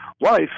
life